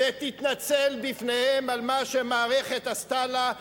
ותתנצל בפניהם על מה שהמערכת עשתה לה,